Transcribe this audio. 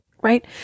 right